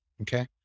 okay